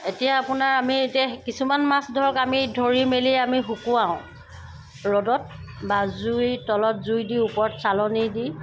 এতিয়া আপোনাৰ আমি এতিয়া কিছুমান মাছ ধৰক আমি ধৰি মেলি আমি শুকুৱাও ৰ'দত বা জুইৰ তলত জুই দি ওপৰত চালনি দি